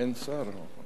אין שר.